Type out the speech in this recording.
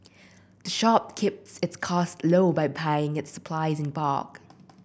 the shop keeps its costs low by its supplies in bulk